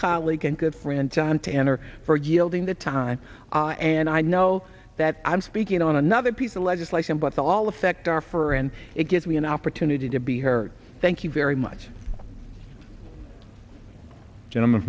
colleague and good friend john tanner for yielding the time and i know that i'm speaking on another piece of legislation but they all affect our for and it gives me an opportunity to be here thank you very much gentleman